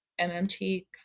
MMT